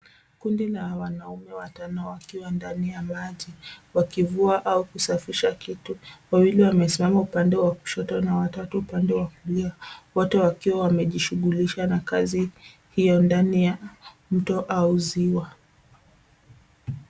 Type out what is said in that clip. Kundi la wanaume watano wakiwa ndani ya maji wakivua au kusafisha kitu. Wawili wamesimama upande wa kushoto na watatu upande wa kulia wote wakiwa wamejishughulisha na kazi hiyo ndani ya mto au ziwa.